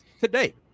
today